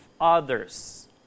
others